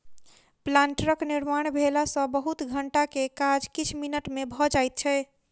प्लांटरक निर्माण भेला सॅ बहुत घंटा के काज किछ मिनट मे भ जाइत छै